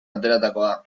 ateratakoa